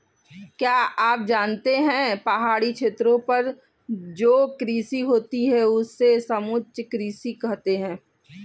क्या आप जानते है पहाड़ी क्षेत्रों पर जो कृषि होती है उसे समोच्च कृषि कहते है?